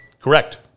Correct